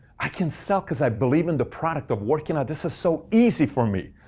i can sell, because i believe in the product of working out. this is so easy for me!